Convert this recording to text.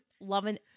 loving